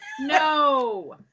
No